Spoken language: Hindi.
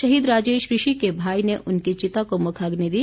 शहीद राजेश ऋषि के भाई ने उनकी चिता को मुखाग्नि दी